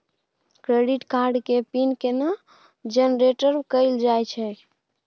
Credit card के pin केना generate कैल जाए छै?